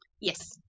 Yes